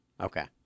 Okay